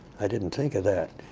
i didn't think of that.